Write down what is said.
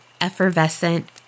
effervescent